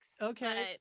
Okay